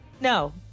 No